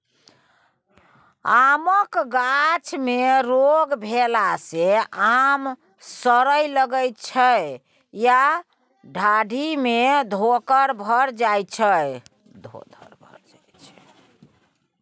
आमक गाछ मे रोग भेला सँ आम सरय लगै छै या डाढ़ि मे धोधर भए जाइ छै